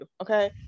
okay